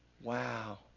Wow